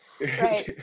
Right